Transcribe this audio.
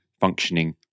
functioning